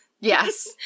Yes